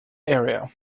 area